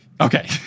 Okay